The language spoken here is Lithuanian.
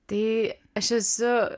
tai aš esu